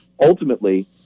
ultimately